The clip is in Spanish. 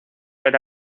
era